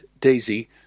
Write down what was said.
Daisy